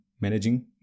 Managing